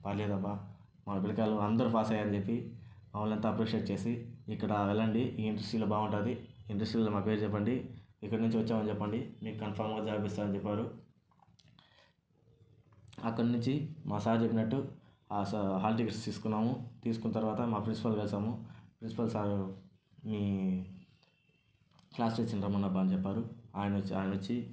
పర్లేదు అబ్బా మన పిల్లకాయలు అందరూ పాస్ అయ్యారు అని చెప్పి మమ్మల్ని అంతా అప్రిషియేట్ చేసి ఇక్కడ వెళ్ళండి ఈ ఇండస్ట్రీలో బాగుంటుంది ఇండస్ట్రీలో మా పేరు చెప్పండి ఇక్కడ నుంచి వచ్చామని చెప్పండి మీకు కన్ఫామ్గా జాబ్ ఇస్తారు అని చెప్పారు అక్కడ నుంచి మా సార్ చెప్పినట్టు ఆ హాల్ టికెట్స్ తీసుకున్నాము తీసుకున్న తర్వాత మా ప్రిన్సిపాల్ని కలుసుకున్నాము ప్రిన్సిపల్ సార్ మీ క్లాస్ టీచర్ని రమ్మని చెప్పండబ్బా అని చెప్పారు ఆయన ఆయన వచ్చి